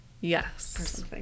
Yes